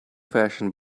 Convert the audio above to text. fashioned